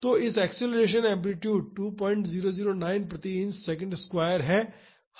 तो इस acceleration amplitude 2009 inch प्रति सेकंड स्क्वायर है